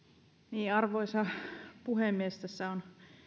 arvoisa puhemies tässä on